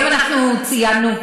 היום ציינו,